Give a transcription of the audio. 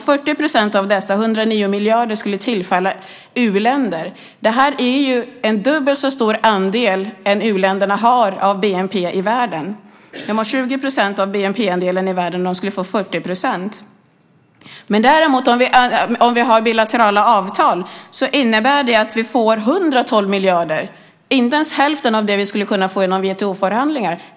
40 % av dessa, 109 miljarder, skulle tillfalla u-länder. Det är en dubbelt så stor andel jämfört med den andel av bnp i världen som u-länderna har. De har 20 % av bnp-andelen i världen, men de skulle få 40 %. Om vi däremot har bilaterala avtal innebär det att vi får 112 miljarder - inte ens hälften av det vi skulle kunna få genom WTO-förhandlingar.